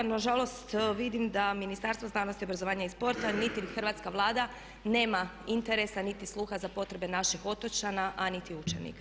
No, nažalost vidim da Ministarstvo znanosti, obrazovanja i sporta niti Hrvatska vlada nema interesa niti sluha za potrebe naših otočana, a niti učenika.